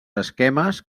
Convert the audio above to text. esquemes